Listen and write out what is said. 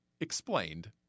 Explained